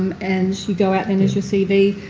um and you go out then as your cv.